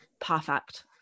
perfect